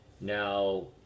Now